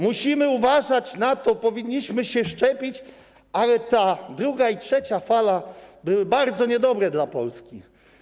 Musimy uważać na to, powinniśmy się szczepić, ale ta druga i trzecia fala były bardzo niedobre dla Polski”